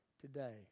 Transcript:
today